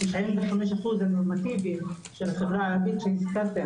95% הנורמטיביים של החברה הערבית שהזכרתם,